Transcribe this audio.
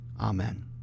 Amen